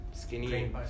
skinny